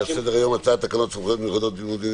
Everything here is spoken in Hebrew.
על סדר-היום: הצעת תקנות סמכויות מיוחדות להתמודדות